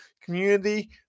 community